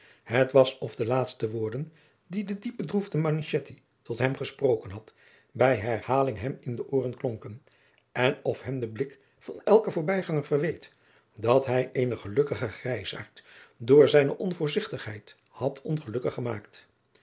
het was of de laatste woorden die de diep bedroefde manichetti tot hem gesproken had bij herhaling hem in de ooren klonken en of hem de blik van elken voorbijganger verweet dat hij eenen gelukkigen grijsaard door zijne onvoorzigtigheid had ongelukkig gemaakt